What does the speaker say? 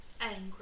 angry